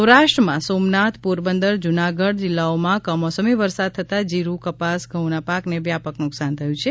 સૌરાષ્ટ્રમાં સોમનાથ પોરબંદર જુનાગઢ જિલ્લાઓમાં કમોસમી વરસાદ થતાં જીરુ કપાસ ઘઉંના પાકને વ્યાપક નુકસાન થયું છે